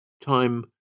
Time